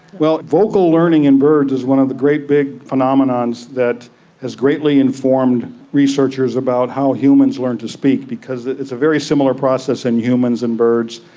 well, vocal learning in birds is one of the great big phenomenons that has greatly informed researchers about how humans learned to speak, because it's a very similar process in humans and birds.